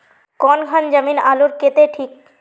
कौन खान जमीन आलूर केते ठिक?